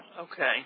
Okay